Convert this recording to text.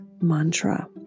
mantra